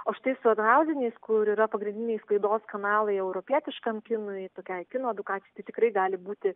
o štai su art hauziniais kur yra pagrindiniai sklaidos kanalai europietiškam kinui tokia kino edukacija tikrai gali būti